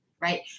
Right